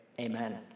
Amen